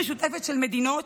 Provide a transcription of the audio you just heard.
מדינות,